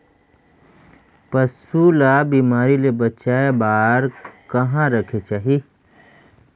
पशु ला बिमारी ले बचाय बार कहा रखे चाही?